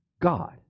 God